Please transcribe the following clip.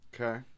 Okay